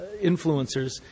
influencers